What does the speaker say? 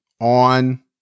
on